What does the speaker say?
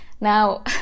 Now